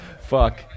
fuck